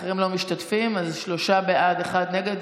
אחרים לא משתתפים, אז שלושה בעד ואחד נגד.